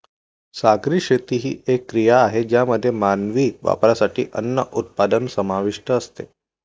सागरी शेती ही एक क्रिया आहे ज्यामध्ये मानवी वापरासाठी अन्न उत्पादन समाविष्ट असते